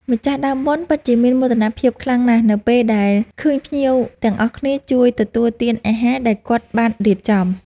ម្ចាស់ដើមបុណ្យពិតជាមានមោទនភាពខ្លាំងណាស់នៅពេលដែលឃើញភ្ញៀវទាំងអស់គ្នា ជួយទទួលទានអាហារដែលគាត់បានរៀបចំ។